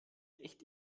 echt